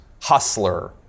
Hustler